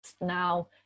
now